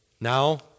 now